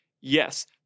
Yes